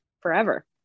forever